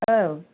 औ